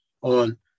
on